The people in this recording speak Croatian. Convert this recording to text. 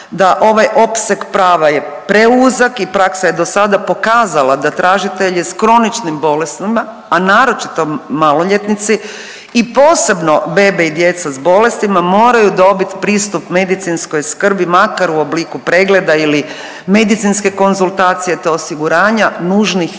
da ovaj opseg prava je preuzak i praksa je do sada pokazala da tražitelji sa kroničnim bolestima, a naročito maloljetnici i posebno bebe i djeca sa bolestima moraju dobiti pristup medicinskoj skrbi makar u obliku pregleda ili medicinske konzultacije, te osiguranja nužnih lijekova